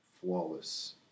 flawless